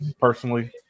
personally